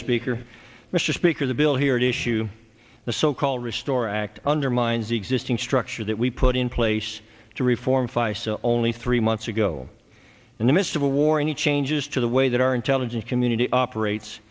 bill here at issue the so called restore act undermines the existing structure that we put in place to reform five only three months ago in the midst of a war any changes to the way that our intelligence community operates